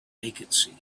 vacancy